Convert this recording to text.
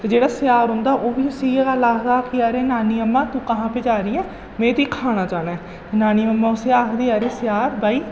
ते जेह्ड़ा सियार होंदा ओह् बी उसी इ'यै गल्ल आखदा कि अरे नानी अम्मां तूं कहां पे जा रही है में तुगी खाना चाह्न्नां नानी अम्मा उसी आखदी अरे सियार भाई